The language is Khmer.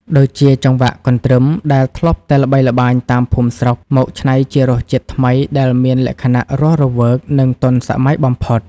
ដូចជាចង្វាក់កន្ទ្រឹមដែលធ្លាប់តែល្បីល្បាញតាមភូមិស្រុក មកច្នៃជារសជាតិថ្មីដែលមានលក្ខណៈរស់រវើក និងទាន់សម័យបំផុត។